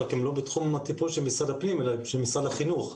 רק הן לא בתחום הטיפול של משרד הפנים אלא הן של משרד החינוך.